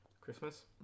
Christmas